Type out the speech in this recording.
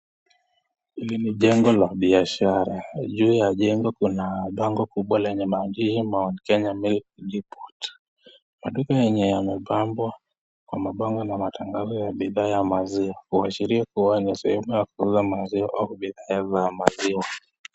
Hili ni jengo ya biashara, juu ya jengo kuna bango kubwa lenye maandishi Mount Kenya Milk Depot, maduka yenye yamepambwa kwa mabango na matangazo ya bidhaa ya maziwa kuashiria kuwa ni sehemu ya kuuza maziwa au bidhaa za maziwa.